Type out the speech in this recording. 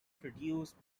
produced